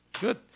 good